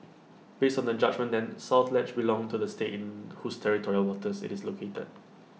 based on the judgement then south ledge belonged to the state in whose territorial waters IT is located